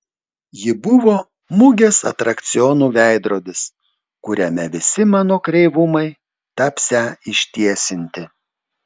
ji buvo mugės atrakcionų veidrodis kuriame visi mano kreivumai tapsią ištiesinti